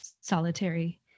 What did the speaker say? solitary